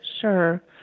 Sure